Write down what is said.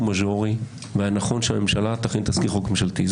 המז'ורי והנכון שהממשלה תכין תזכיר חוק ממשלתי.